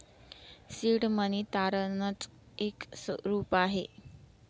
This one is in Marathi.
सीड मनी तारणाच एक रूप आहे